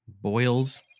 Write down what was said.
boils